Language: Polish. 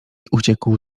uciekł